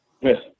Yes